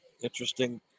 Interesting